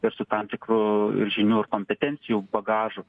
ir su tam tikru žinių ir kompetencijų bagažu